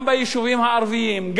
גם ביישובים הערביים,